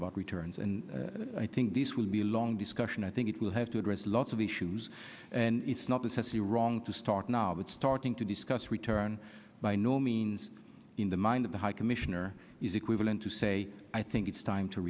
about returns and i think this will be long discussion i think it will have to address lots of the shoes and it's not the sexy wrong to stalk knob it's starting to discuss return by no means in the mind of the high commissioner is equivalent to say i think it's time to